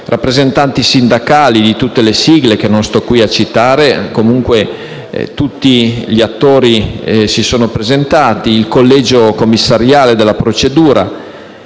rappresentanti sindacali di tutte le sigle, che non sto qui a citare. Tutti gli attori si sono presentati, incluso il collegio commissariale della procedura.